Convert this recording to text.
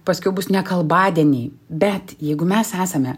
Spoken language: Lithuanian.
paskiau bus nekalbadieniai bet jeigu mes esame